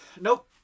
Nope